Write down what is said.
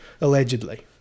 allegedly